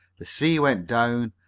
the sea went down,